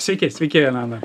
sveiki sveiki elena